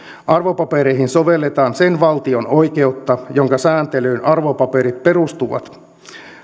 arvopapereihin sovelletaan sen valtion oikeutta jonka sääntelyyn arvopaperit perustuvat